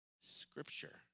scripture